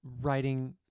writing